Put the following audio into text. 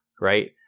right